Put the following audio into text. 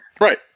Right